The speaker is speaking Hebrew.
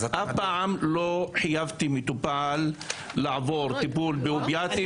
אף פעם לא חייבתי מטופל לעבור טיפול באופיאטים.